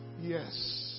Yes